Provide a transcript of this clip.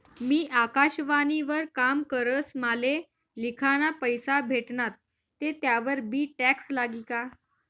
मी आकाशवाणी वर काम करस माले लिखाना पैसा भेटनात ते त्यावर बी टॅक्स लागी का?